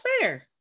fair